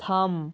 থাম